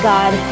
God